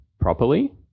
properly